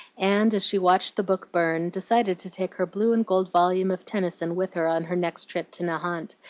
and, as she watched the book burn, decided to take her blue and gold volume of tennyson with her on her next trip to nahant,